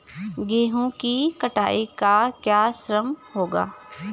गेहूँ की कटाई का क्या श्रम होगा?